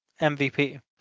MVP